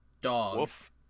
Dogs